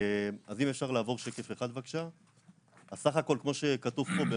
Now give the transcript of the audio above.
סך הכול כמו שכתוב פה,